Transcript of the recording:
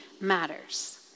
matters